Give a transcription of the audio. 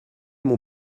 mon